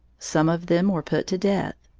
some of them were put to death.